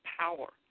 power